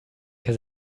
mehr